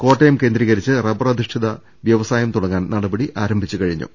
കോട്ടയം കേന്ദ്രീക രിച്ച് റബ്ബർ അധിഷ്ഠിത വൃവസായം തുടങ്ങാൻ നടപടി ആരംഭിച്ചു കഴിഞ്ഞു